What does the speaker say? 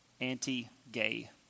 Anti-Gay